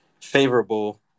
favorable